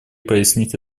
прояснить